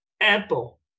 Apple